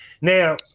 Now